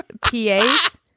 pas